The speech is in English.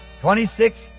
Twenty-six